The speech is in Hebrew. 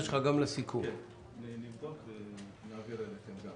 נבדוק ונעביר אליכם.